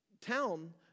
Town